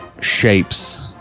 shapes